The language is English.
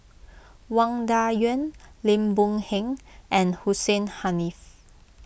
Wang Dayuan Lim Boon Heng and Hussein Haniff